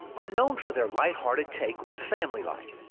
are known for their light hearted take on family life.